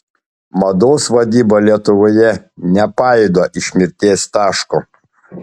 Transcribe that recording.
mados vadyba lietuvoje nepajuda iš mirties taško